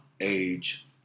age